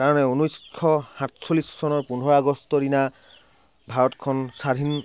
কাৰণ এই ঊনৈছ শ সাতচল্লিছ চনৰ পোন্ধৰ আগষ্টৰ দিনা ভাৰতখন স্বাধীন